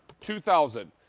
two thousand.